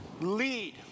lead